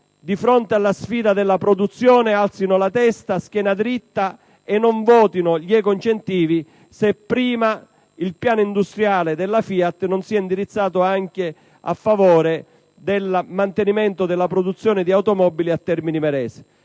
di fronte alla sfida della produzione, alzino la testa, tengano la schiena diritta e non votino a favore degli ecoincentivi se prima il piano industriale della FIAT non sarà indirizzato anche a favore del mantenimento della produzione di automobili a Termini Imerese.